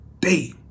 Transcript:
day